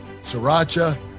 sriracha